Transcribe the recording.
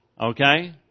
Okay